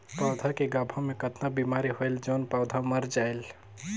पौधा के गाभा मै कतना बिमारी होयल जोन पौधा मर जायेल?